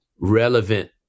relevant